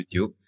YouTube